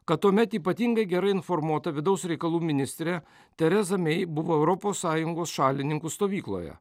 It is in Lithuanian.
kad tuomet ypatingai gerai informuota vidaus reikalų ministrė tereza mei buvo europos sąjungos šalininkų stovykloje